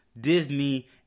Disney